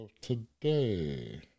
today